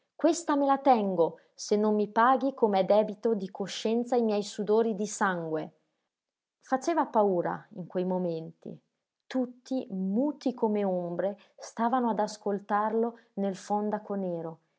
questa me la tengo se non mi paghi com'è debito di coscienza i miei sudori di sangue faceva paura in quei momenti tutti muti come ombre stavano ad ascoltarlo nel fondaco nero